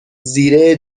زیره